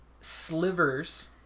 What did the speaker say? slivers